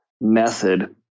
method